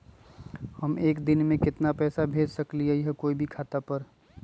हम एक दिन में केतना पैसा भेज सकली ह कोई के खाता पर?